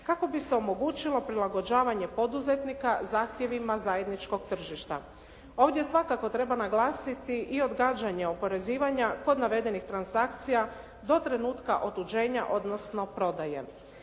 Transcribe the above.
kako bi se omogućilo prilagođavanje poduzetnika zahtjevima zajedničkog tržišta. Ovdje svakako treba naglasiti i odgađanje oporezivanja kod navedenih transakcija, do trenutka otuđenja, odnosno prodaje.